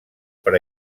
per